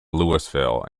louisville